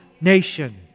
nation